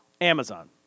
Amazon